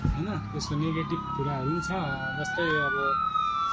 होइन त्यसको नेगेटिब्भ कुराहरू पनि छ जस्तै अब